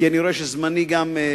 כי אני רואה שגם זמני תם,